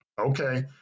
Okay